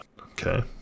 okay